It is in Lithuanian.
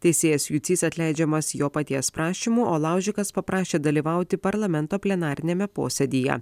teisėjas jucys atleidžiamas jo paties prašymu o laužikas paprašė dalyvauti parlamento plenariniame posėdyje